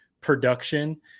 production